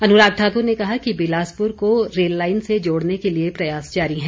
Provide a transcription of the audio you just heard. अनुराग ठाकुर ने कहा कि बिलासपुर को रेल लाईन से जोड़ने के लिए प्रयास जारी है